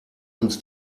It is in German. uns